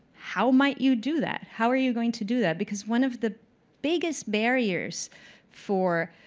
how might you do that? how are you going to do that? because one of the biggest barriers for